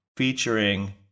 Featuring